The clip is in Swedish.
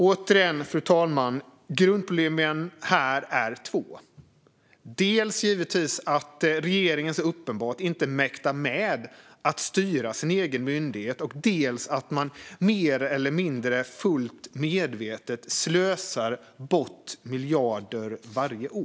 Återigen, fru talman, är grundproblemen här två, dels givetvis att regeringen så uppenbart inte mäktar med att styra sin egen myndighet, dels att man mer eller mindre fullt medvetet slösar bort miljarder varje år.